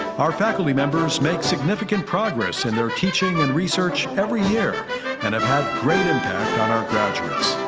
our faculty members make significant progress in their teaching and research every year and have had great impact on our graduates.